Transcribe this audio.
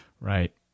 Right